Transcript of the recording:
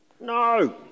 No